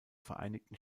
vereinigten